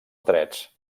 drets